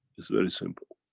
it's very simple.